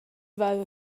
vaiva